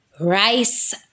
rice